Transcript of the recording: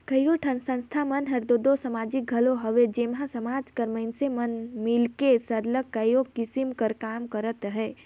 कइयो ठन संस्था मन हर दो समाजिक घलो हवे जेम्हां समाज कर मइनसे मन मिलके सरलग कइयो किसिम कर काम करत अहें